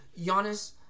Giannis